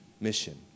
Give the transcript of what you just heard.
mission